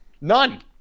None